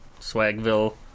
swagville